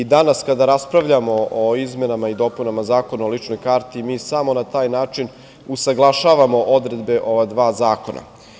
Danas kada raspravljamo o izmenama i dopunama Zakona o ličnoj karti, mi samo na taj način usaglašavamo odredbe ova dva zakona.